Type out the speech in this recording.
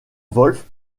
woolf